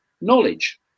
Knowledge